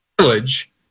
Village